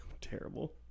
Terrible